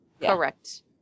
correct